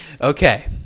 Okay